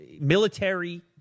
military